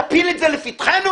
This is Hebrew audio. תפיל את זה לפתחנו?